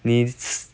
means